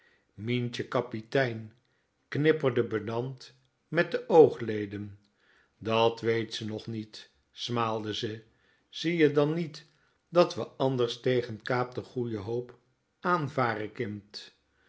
mientje kaptein knipperde pedant met de oogleden dat wéét ze nog niet smaalde ze zie je dan niet dat we anders tegenkaap de goeie hoop anvare kind